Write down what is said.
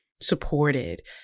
supported